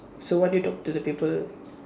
so what did you talk to the people